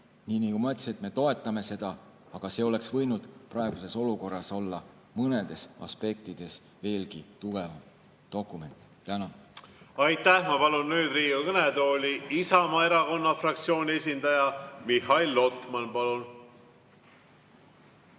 Nii nagu ma ütlesin, me toetame seda, aga see oleks võinud praeguses olukorras olla mõnedes aspektides veelgi tugevam dokument. Tänan! Aitäh! Ma palun nüüd Riigikogu kõnetooli Isamaa erakonna fraktsiooni esindaja. Mihhail Lotman, palun!